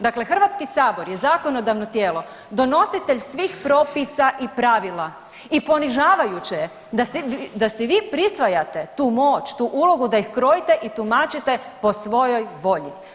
Dakle, HS je zakonodavno tijelo, donositelj svih propisa i pravila i ponižavajuće je da si vi prisvajate tu moć, tu ulogu da ih krojite i tumačite po svojoj volji.